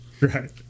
right